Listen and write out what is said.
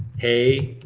hay,